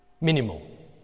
minimal